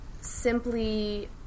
simply